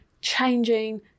changing